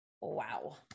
wow